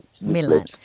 Milan